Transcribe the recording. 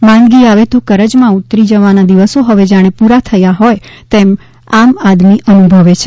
માંદગી આવે તો કરજમાં ઉતરી જવાના દિવસો હવે જાણે પૂરા થયા હોય તેવું આમ આદમી અનુભવે છે